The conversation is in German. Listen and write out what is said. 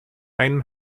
einen